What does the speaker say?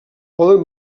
poden